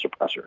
suppressor